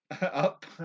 up